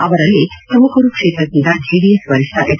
ಅವರಲ್ಲಿ ತುಮಕೂರು ಕ್ಷೇತ್ರದಿಂದ ಜೆಡಿಎಸ್ ವರಿಷ್ಠ ಎಚ್